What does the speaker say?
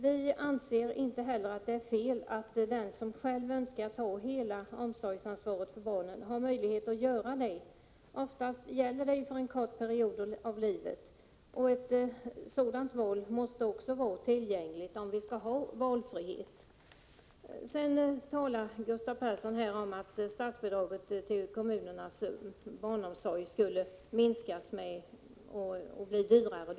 Vi anser inte heller att det är fel att den som själv önskar ta hela ansvaret för omsorgen om barnen har möjlighet att göra det. Ofta gäller det en kort period i livet. En sådan möjlighet måste också finnas tillgänglig, om vi skall ha valfrihet. Gustav Persson talar om att statsbidraget till kommunernas barnomsorg skulle minskas och barnomsorgen därmed bli dyrare.